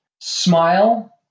Smile